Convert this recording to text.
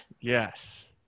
yes